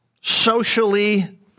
socially